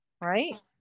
right